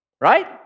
right